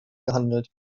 gehandelt